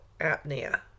apnea